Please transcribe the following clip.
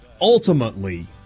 ultimately